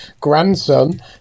grandson